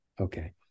okay